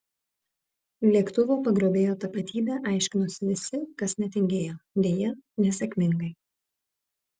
lėktuvo pagrobėjo tapatybę aiškinosi visi kas netingėjo deja nesėkmingai